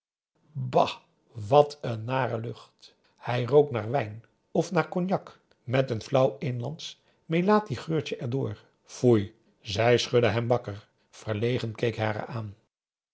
bah wat n nare lucht hij rook naar wijn of naar cognac met n flauw inlandsch melatigeurtje er door foei zij schudde hem wakker verlegen keek hij haar aan